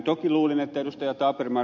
toki luulin että ed